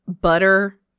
butter